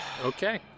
Okay